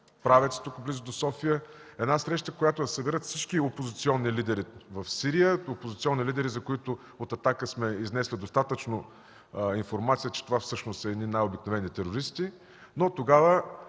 Правец, близо до София, една среща, в която да съберат всички опозиционни лидери в Сирия, опозиционни лидери, за които от „Атака” сме изнесли достатъчно информация, че това всъщност са едни най-обикновени терористи. Но тогава